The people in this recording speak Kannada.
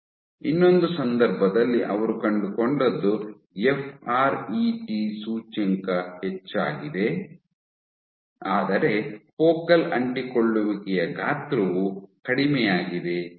ಇನ್ನೊಂದು ಸಂದರ್ಭದಲ್ಲಿ ಅವರು ಕಂಡುಕೊಂಡದ್ದು ಎಫ್ ಆರ್ ಇ ಟಿ ಸೂಚ್ಯಂಕ ಹೆಚ್ಚಾಗಿದೆ ಆದರೆ ಫೋಕಲ್ ಅಂಟಿಕೊಳ್ಳುವಿಕೆಯ ಗಾತ್ರವು ಕಡಿಮೆಯಾಗಿದೆ ಎಂದು